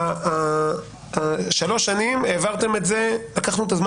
הזמן המקסימום: אחרי שלוש שנים העברתם את זה לתביעה.